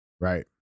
Right